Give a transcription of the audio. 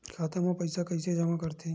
खाता म पईसा कइसे जमा करथे?